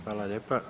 Hvala lijepa.